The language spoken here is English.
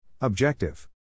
Objective